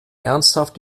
ernsthaft